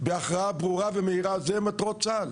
בהכרעה ברורה ומהירה, אלו מטרות צה"ל.